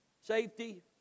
safety